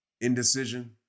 Indecision